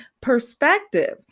perspective